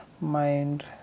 mind